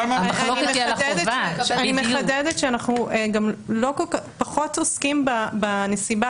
אני מחדדת שאנחנו פחות עוסקים בנסיבה